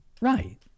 Right